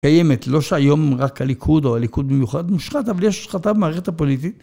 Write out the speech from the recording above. קיימת, לא שהיום רק הליכוד או הליכוד במיוחד מושחת, אבל יש השחתה במערכת הפוליטית.